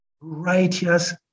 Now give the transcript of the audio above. righteous